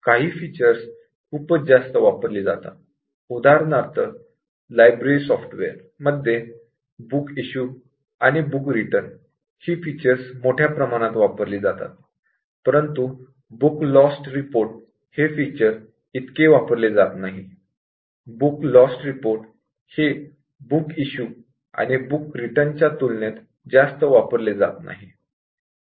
काही फीचर्स खूपच जास्त वापरली जातात उदाहरणार्थ लायब्ररी सॉफ्टवेअर मध्ये " बुक इश्यू " आणि " बुक रिटर्न " ही फीचर्स मोठ्या प्रमाणात वापरली जातात परंतु बुक लॉस्ट रिपोर्ट हे फीचर् इतके वापरले जात नाही बुक लॉस्ट रिपोर्ट हे बुक इश्यू आणि बुक रिटर्नच्या तुलनेत जास्त वापरले जाऊ शकत नाही